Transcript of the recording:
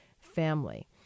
family